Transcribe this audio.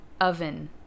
Oven